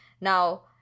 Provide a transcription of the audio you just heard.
Now